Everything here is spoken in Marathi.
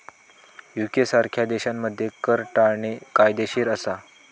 युके सारख्या देशांमध्ये कर टाळणे कायदेशीर असा